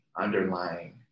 underlying